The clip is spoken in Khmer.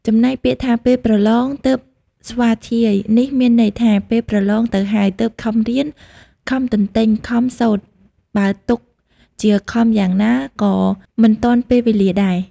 ចំណែកពាក្យថាពេលប្រឡងទើបស្វាធ្យាយ នេះមានន័យថាពេលប្រលងទៅហើយ ទើបខំរៀន ខំទន្ទេញ ខំសូត្រ បើទុកជាខំយ៉ាងណា ក៏មិនទាន់ពេលវេលាដែរ ។